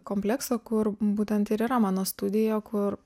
komplekso kur būtent ir yra mano studija kur